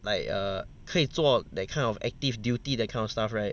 like err 可以做 that kind of active duty that kind of stuff right